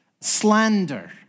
slander